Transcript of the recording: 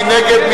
מי נגד?